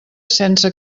sense